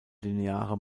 lineare